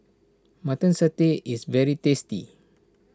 Mutton Satay is very tasty